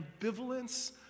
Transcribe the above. ambivalence